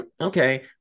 okay